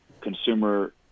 consumer